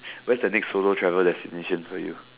where is the next solo travel destination for you